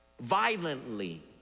violently